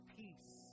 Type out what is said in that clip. peace